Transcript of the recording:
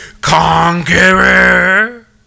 conqueror